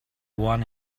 one